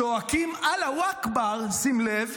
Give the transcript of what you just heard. צועקים "אללה אכבר" שים לב,